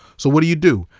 so what do you do?